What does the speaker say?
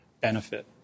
benefit